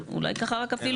אולי אפילו ככה רק לאדוני.